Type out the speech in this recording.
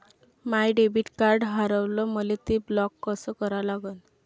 माय debit card हारवलं, मले ते ब्लॉक कस करा लागन?